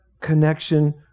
connection